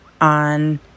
on